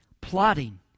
plotting